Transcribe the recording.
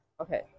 Okay